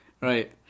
Right